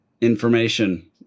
information